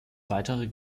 weiterer